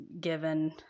given